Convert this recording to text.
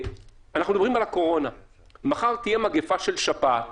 אנחנו מדברים על הקורונה, מחר תהיה מגפה של שפעת,